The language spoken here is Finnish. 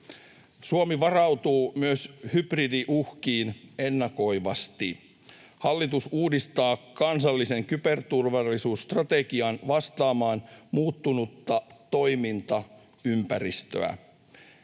Suomi varautuu myös hybridiuhkiin ennakoivasti. Hallitus uudistaa kansallisen kyberturvallisuusstrategian vastaamaan muuttunutta toimintaympäristöä.